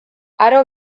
aro